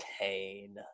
pain